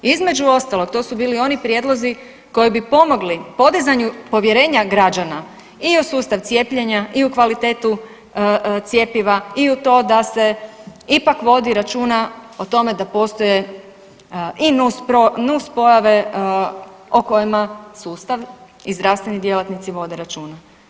Između ostalog, to su bili oni prijedlozi koji bi pomogli podizanju povjerenja građana i u sustav cijepljenja i u kvalitetu cjepiva i to da se ipak vodi računa o tome da postoje i nuspojave o kojima sustav i zdravstveni djelatnici vode računa.